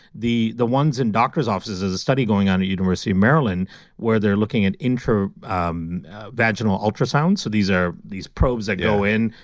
the the ones in doctor's offices there's a study going on at university of maryland where they're looking at intro um vaginal ultrasound so these are these probes that go in,